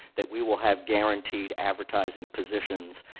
that we will have guaranteed advertising positions,